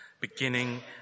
beginning